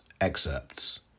excerpts